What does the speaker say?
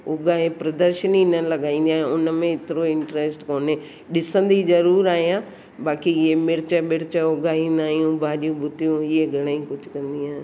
उगाए प्रद्रर्शिनी न लॻाईंदी आ्यांहि उन में एतिरो इंट्रस्ट कोन्हे ॾिसंदी ज़रूरु आहियां बाक़ी मिर्च ॿिर्च उघाईंदा आहियूं भॼियूं बुतियूं इहे घणेई कुझु कंदी आहियां